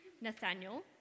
Nathaniel